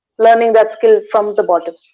learning that skill from the bottom.